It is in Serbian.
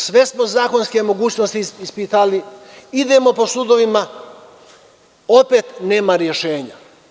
Sve smo zakonske mogućnosti ispitali, idemo po sudovima, ali opet nema rešenja.